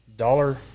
Dollar